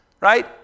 right